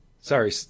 Sorry